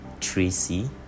Tracy